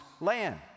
land